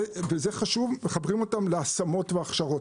וזה חשוב, להשמות והכשרות.